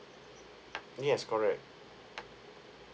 yes correct